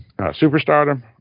superstardom